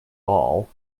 all